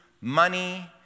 money